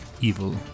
evil